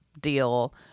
deal